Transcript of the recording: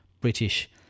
British